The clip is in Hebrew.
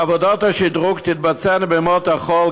עבודות השדרוג תתבצענה בימות החול,